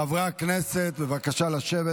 חברי הכנסת, בבקשה לשבת.